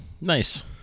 Nice